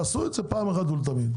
עשו את זה אחת ולתמיד.